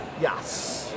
Yes